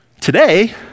Today